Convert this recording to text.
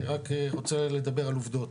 אני רק רוצה לדבר על עובדות,